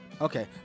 Okay